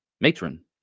matron